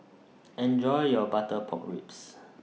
Enjoy your Butter Pork Ribs